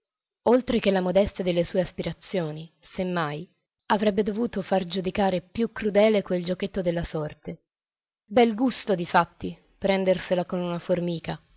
oltre che la modestia delle aspirazioni se mai avrebbe dovuto far giudicare più crudele quel giochetto della sorte bel gusto difatti prendersela con una formica